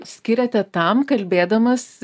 skyrėte tam kalbėdamas